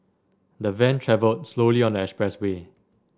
the van travelled slowly on the expressway